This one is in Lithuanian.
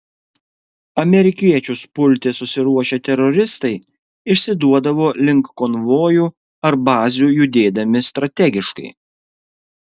amerikiečius pulti susiruošę teroristai išsiduodavo link konvojų ar bazių judėdami strategiškai